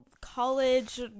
college